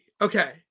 okay